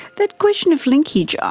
that question of linkage, ah